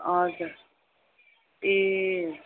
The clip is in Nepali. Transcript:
हजुर ए